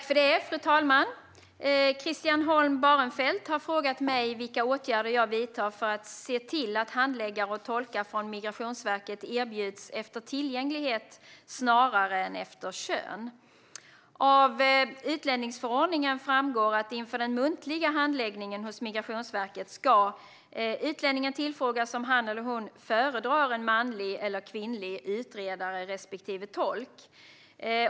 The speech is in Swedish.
Fru talman! Christian Holm Barenfeld har frågat mig vilka åtgärder jag vidtar för att se till att handläggare och tolkar från Migrationsverket erbjuds efter tillgänglighet snarare än efter kön. Av utlänningsförordningen framgår följande: "Inför den muntliga handläggningen hos Migrationsverket ska utlänningen tillfrågas om han eller hon föredrar en manlig eller kvinnlig utredare respektive tolk.